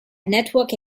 network